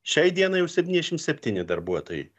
šiai dienai jau septyniasdešimt septyni darbuotojai